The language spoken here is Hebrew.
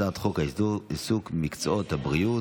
הצעת חוק העיסוק במקצועות הבריאות.